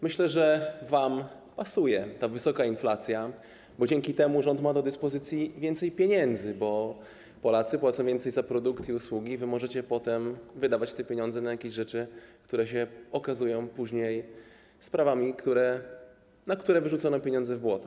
Myślę, że wam pasuje ta wysoka inflacja, bo dzięki temu rząd ma do dyspozycji więcej pieniędzy, bo Polacy płacą więcej za produkty i usługi, a wy możecie potem wydawać te pieniądze na jakieś rzeczy, które później się okazują sprawami, na które wyrzucono pieniądze w błoto.